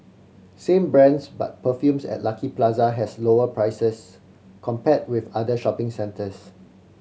same brands but perfumes at Lucky Plaza has lower prices compared with other shopping centres